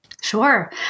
Sure